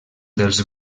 dels